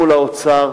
מול האוצר,